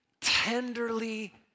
tenderly